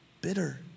bitter